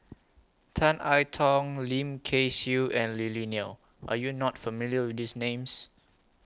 Tan I Tong Lim Kay Siu and Lily Neo Are YOU not familiar with These Names